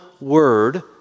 word